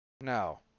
No